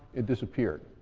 it disappeared.